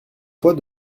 fois